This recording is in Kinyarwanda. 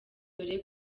dore